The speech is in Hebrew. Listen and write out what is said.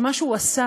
שמה שהוא עשה,